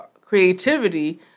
creativity